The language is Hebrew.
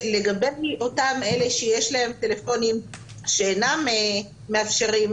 ולגבי אותם אלה שיש להם טלפונים שאינם מאפשרים